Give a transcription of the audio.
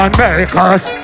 America's